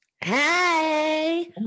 Hey